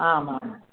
आम् आम्